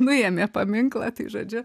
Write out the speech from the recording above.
nuėmė paminklą tai žodžiu